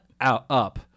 up